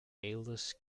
aulus